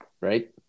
right